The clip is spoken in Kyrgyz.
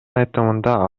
айтымында